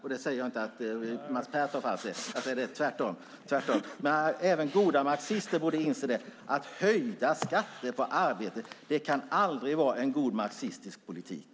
Jag säger inte att Mats Pertoft är marxist, tvärtom, men jag tycker att även en marxist borde inse att höjda skatter på arbete aldrig kan vara en god marxistisk politik.